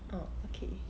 oh okay